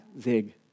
zig